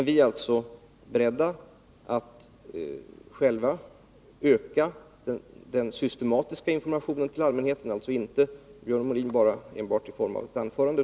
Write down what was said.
Vi är alltså beredda att själva öka den systematiska informationen till allmänheten — alltså inte, Björn Molin, bara i form av ett anförande.